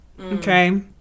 okay